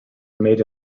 made